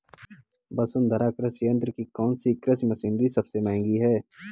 वसुंधरा कृषि यंत्र की कौनसी कृषि मशीनरी सबसे महंगी है?